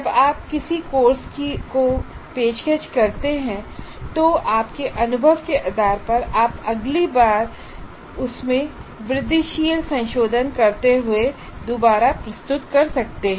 जब आप किसी कोर्स की पेशकश करते हैं तो आपके अनुभव के आधार पर आप अगली बार वृद्धिशील संशोधन करते हुए पेशकश कर सकते हैं